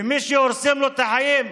ומי שהורסים לו את החיים,